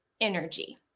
energy